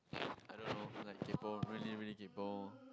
I don't know like kaypo really really kaypo